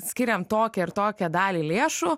skiriam tokią ir tokią dalį lėšų